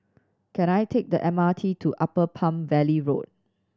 can I take the M R T to Upper Palm Valley Road